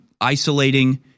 isolating